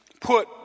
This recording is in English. put